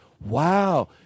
Wow